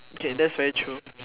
okay that's very true